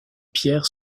pierre